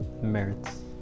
Merits